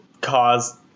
cause